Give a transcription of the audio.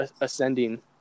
ascending